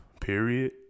Period